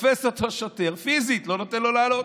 תופס אותו שוטר, פיזית, ולא נותן לו לעלות.